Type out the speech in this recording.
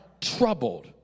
troubled